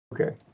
Okay